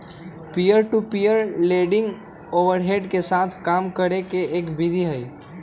peer to peer lending overhead के साथ काम करे के एक विधि हई